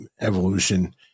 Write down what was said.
Evolution